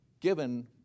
given